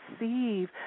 receive